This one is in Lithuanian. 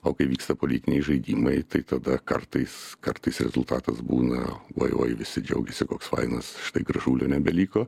o kai vyksta politiniai žaidimai tai tada kartais kartais rezultatas būna oj oj visi džiaugėsi koks fainas štai gražulio nebeliko